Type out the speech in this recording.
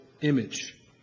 image